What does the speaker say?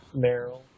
Meryl